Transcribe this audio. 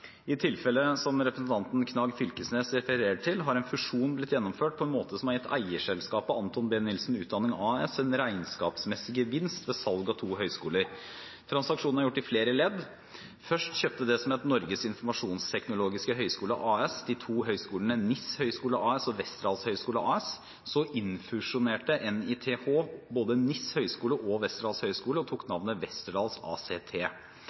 I tilfellet representanten Knag Fylkesnes refererer til, har en fusjon blitt gjennomført på en måte som har gitt eierselskapet Anthon B Nilsen Utdanning AS en regnskapsmessig gevinst ved salg av to høyskoler. Transaksjonen er gjort i flere ledd. Først kjøpte det som het Norges Informasjonsteknologiske Høgskole AS, NITH, de to høyskolene NISS høyskole AS og Westerdals høyskole AS. Så innfusjonerte NITH både NISS høyskole og Westerdals høyskole, og tok navnet Westerdals ACT.